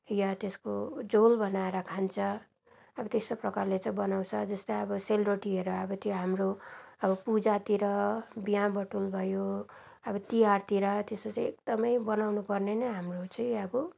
या त्यसको झोल बनाएर खान्छ अब त्यस्तो प्रकारले चाहिँ बनाउँछ जस्तै अब सेलरोटीहरू अब त्यो हाम्रो अब पूजातिर बिहे बटुलो भयो अब तिहारतिर त्यस्तो चाहिँ एकदमै बनाउनु पर्ने नै हाम्रो चाहिँ अब